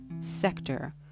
sector